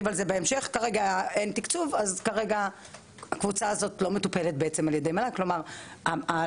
כרגע אין תקצוב אז כרגע הקבוצה לא מטופלת על ידי המועצה להשכלה גבוהה,